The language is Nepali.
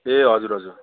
ए हजुर हजुर